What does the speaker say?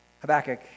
Habakkuk